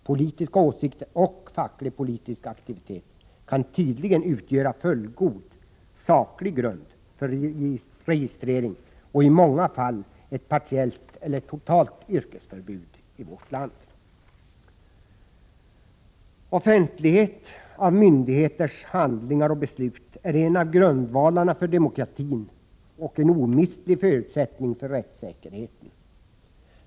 Politiska åsikter och fackligpolitisk aktivitet kan tydligen utgöra fullgod, saklig grund för registrering och i många fall för ett partiellt eller totalt yrkesförbud i vårt land. Offentlighet av myndigheters handlingar och beslut är en av grundvalarna för demokratin och en omistlig förutsättning för rättssäkerheten.